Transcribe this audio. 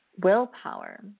willpower